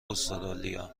استرالیا